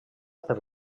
per